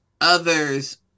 others